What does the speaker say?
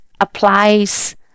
applies